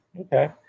Okay